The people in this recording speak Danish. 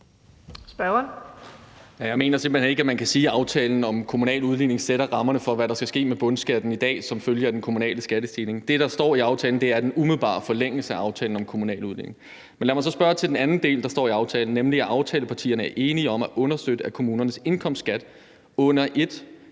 Jeg mener simpelt hen ikke, at man kan sige, at aftalen om kommunal udligning sætter rammerne for, hvad der skal ske med bundskatten i dag som følge af den kommunale skattestigning. Det, der står i aftalen, er det er i umiddelbar forlængelse af aftalen om kommunal udligning. Lad mig så spørge til den anden del, der står i aftalen, nemlig det om, at aftalepartierne er enige om at understøtte, at kommunernes indkomstskat under ét